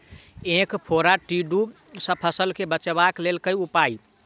ऐंख फोड़ा टिड्डा सँ फसल केँ बचेबाक लेल केँ उपाय?